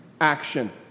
action